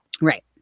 Right